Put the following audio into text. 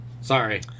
Sorry